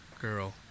girl